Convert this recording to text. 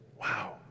Wow